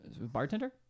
Bartender